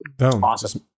Awesome